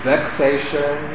vexation